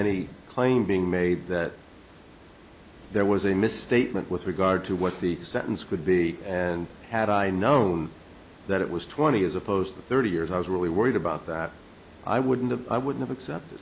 any claim being made that there was a misstatement with regard to what the sentence could be and had i known that it was twenty as opposed to thirty years i was really worried about that i wouldn't have i would have accepted